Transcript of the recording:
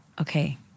Okay